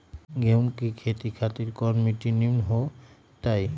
गेंहू की खेती खातिर कौन मिट्टी निमन हो ताई?